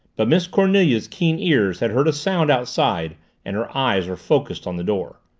but miss cornelia's keen ears had heard a sound outside and her eyes were focused on the door.